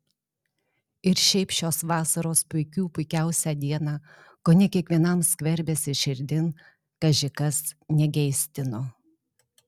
ir šiaip šios vasaros puikių puikiausią dieną kone kiekvienam skverbėsi širdin kaži kas negeistino